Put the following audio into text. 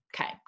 Okay